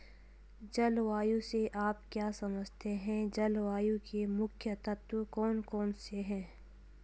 जलवायु से आप क्या समझते हैं जलवायु के मुख्य तत्व कौन कौन से हैं?